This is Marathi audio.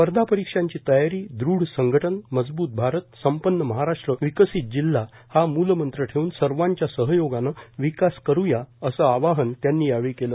स्पर्धापरीक्षांची तयारीर दृढ संघटनर मजबूत भारतर संपन्न महाराष्ट्रए विकसित जिल्हा हा मुलमंत्र ठेवून सर्वांच्या सहयोगानं विकास करूयाए असं आवाहनही त्यांनी केलं